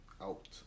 out